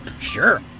Sure